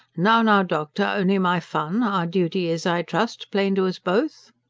now, now, doctor, only my fun! our duty is, i trust, plain to us both.